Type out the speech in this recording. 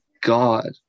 God